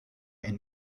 and